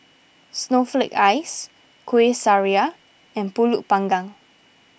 Snowflake Ice Kueh Syara and Pulut Panggang